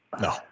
no